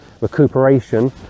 recuperation